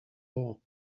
law